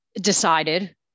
decided